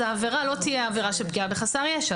אז העבירה לא תהיה עבירה של פגיעה בחסר ישע.